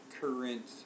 current